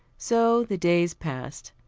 so the days passed,